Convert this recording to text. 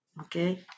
Okay